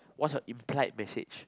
what's your implied message